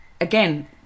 again